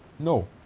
no,